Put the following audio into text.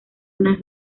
una